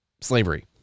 slavery